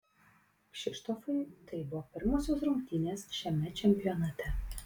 kšištofui tai buvo pirmosios rungtynės šiame čempionate